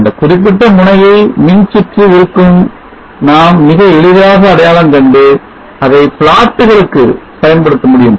அந்த குறிப்பிட்ட முனையை மின்சுற்று இருக்கு நாம் மிக எளிதாக அடையாளம் கண்டு அதை பிளாட்டுகளுக்கு பயன்படுத்த முடியும்